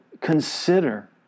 consider